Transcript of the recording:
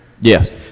yes